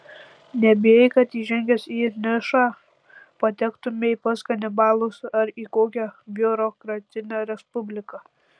nebijai kad įžengęs į nišą patektumei pas kanibalus ar į kokią biurokratinę respubliką